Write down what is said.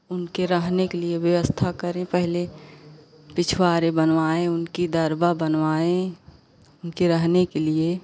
उनके रहने क लिए व्यवस्था करें पहले पिछवारे बनवाएं उनकी दरबा बनवाएं उनके रहने के लिए